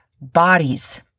bodies